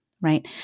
right